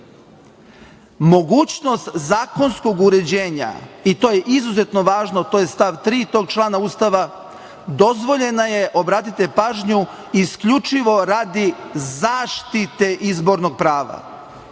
Srbije. Mogućnost zakonskog uređenja, i to je izuzetno važno, to je stav 3. tog člana Ustava dozvoljena je, obratite pažnju isključivo radi zaštite izbornog prava.